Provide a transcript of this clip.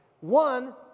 One